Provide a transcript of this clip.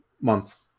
month